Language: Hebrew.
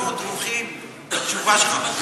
אנחנו כולנו דרוכים לתשובה שלך.